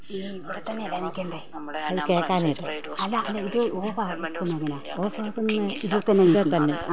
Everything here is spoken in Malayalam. ഇത് ഇവിടെത്തന്നെയല്ലേ ഞെക്കേണ്ടത് ഇത് കേൾക്കാനായിട്ട് അല്ല അല്ല ഇത് ഓഫ് ആക്കുന്നത് എങ്ങനെയാ ഓഫ് ആക്കുന്നത് ഇതിൽ തന്നെയല്ലേ